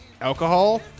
alcohol